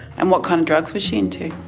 and what kind of drugs was she into?